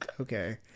Okay